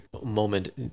moment